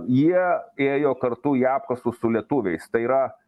jie ėjo kartu į apkasus su lietuviais tai yra